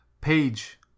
page